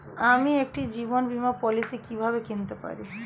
আমি একটি জীবন বীমা পলিসি কিভাবে কিনতে পারি?